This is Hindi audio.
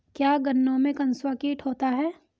क्या गन्नों में कंसुआ कीट होता है?